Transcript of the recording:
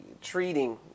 treating